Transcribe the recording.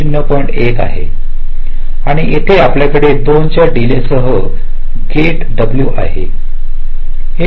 1 आहे आणि येथे आपल्याकडे 2 च्या डीले सह गेट w आहे हे 0